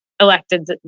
elected